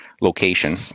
location